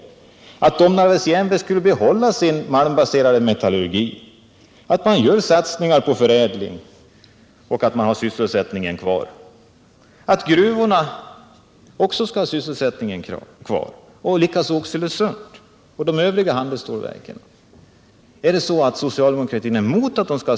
Likaså borde vi kunna vara överens om att Domnarvets Jernverk skall behålla sin malmbaserade metallurgi, att man skall göra satsningar på förädling och ha kvar sysselsättningen, att gruvorna, Oxelösunds Järnverk och de övriga handelsstålverken också skall ha sysselsättningen kvar. Är socialdemokraterna mot detta?